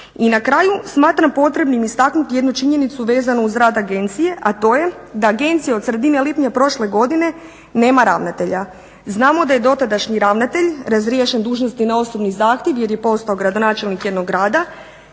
I na kraju smatram potrebnim istaknuti jednu činjenicu vezanu uz rad Agencije, a to je da Agencija od sredine lipnja prošle godine nema ravnatelja. Znamo da je dotadašnji ravnatelj razriješen dužnosti na osobni zahtjev jer je postao gradonačelnik jednog grada.